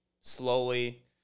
slowly